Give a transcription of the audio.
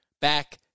Back